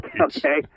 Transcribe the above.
Okay